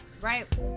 Right